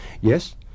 Yes